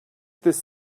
this